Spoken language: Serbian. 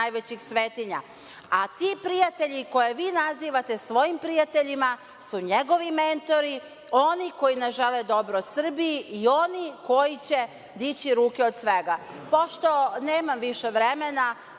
najvećih svetinja, a ti prijatelji, koje vi nazivate svojim prijateljima, su njegovi mentori, oni koji ne žele dobro Srbiji i oni koji će dići ruke od svega. Pošto nemam više vremena,